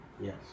Yes